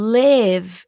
live